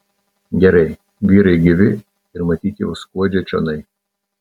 gerai vyrai gyvi ir matyt jau skuodžia čionai